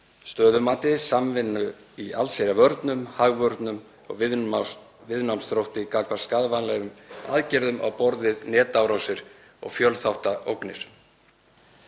stöðumati, samvinnu í allsherjarvörnum, hagvörnum og viðnámsþrótti gagnvart skaðvænlegum aðgerðum á borð við netárásir og fjölþátta ógnir.“